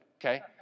okay